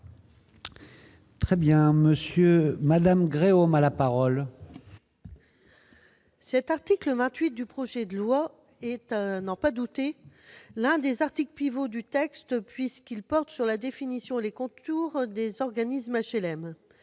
Mme Michelle Gréaume, sur l'article. Cet article 28 du projet de loi est, à n'en pas douter, l'un des pivots du texte, puisqu'il porte sur la définition et les contours des organismes d'HLM.